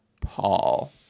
Paul